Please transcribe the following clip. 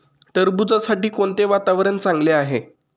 टरबूजासाठी कोणते वातावरण चांगले आहे?